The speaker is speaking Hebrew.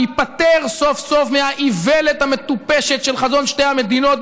להיפטר סוף-סוף מהאיוולת המטופשת של "חזון שתי המדינות",